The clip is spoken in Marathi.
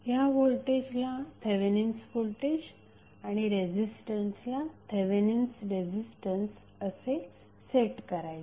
ह्या व्होल्टेजला थेवेनिन्स व्होल्टेज आणि रेझिस्टन्सला थेवेनिन्स रेझिस्टन्स असे सेट करायचे